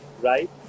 Right